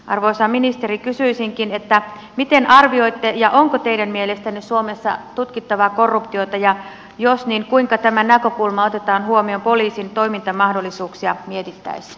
arvoisa ministeri kysyisinkin miten arvioitte onko teidän mielestänne suomessa tutkittavaa korruptiota ja jos niin kuinka tämä näkökulma otetaan huomioon poliisin toimintamahdollisuuksia mietittäessä